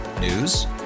News